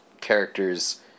characters